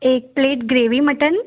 एक plate gravy mutton